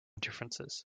differences